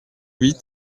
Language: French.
huit